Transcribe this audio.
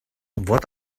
what